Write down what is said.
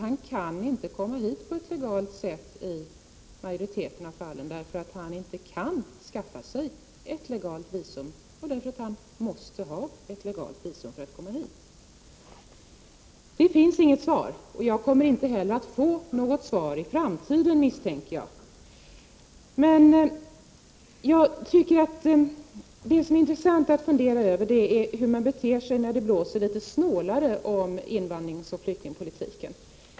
Han kan i majoriteten av fallen inte komma hit på ett legalt sätt, eftersom han inte kan skaffa sig ett legalt visum och måste ha ett legalt visum för att komma hit. Det finns inget svar, och jag misstänker att jag inte heller i framtiden kommer att få något svar. Vad som är intressant att fundera över är hur man beter sig när det blåser litet snålare om invandringsoch flyktingpolitiken.